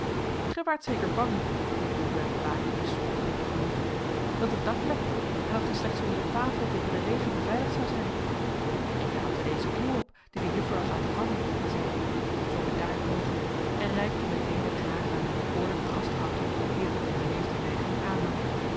waart zeker bang voerde lodewijk blaek mij spottende te gemoet dat het dak lekte en dat gij slechts onder de tafel tegen den regen beveiligd zoudt zijn ik raapte deze kluw op die de juffer had laten vallen zeide ik zoo bedaard mogelijk en reikte meteen het garen aan mijn bekoorlijke gastvrouw toe die het met een beleefde nijging aannam